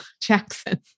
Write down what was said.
Jackson